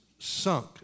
sunk